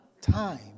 time